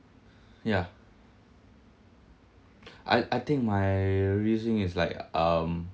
ya I I think my is like um